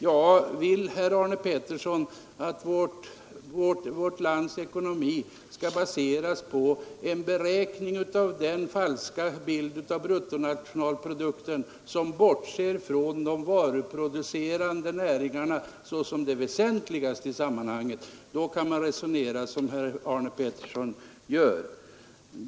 Ja, vill man att vårt lands ekonomi skall baseras på en beräkning som ger en så falsk bild att den bortser från de varuproducerande näringarna såsom de väsentligaste i sammanhanget, då kan man resonera som herr Arne Pettersson gör.